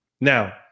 Now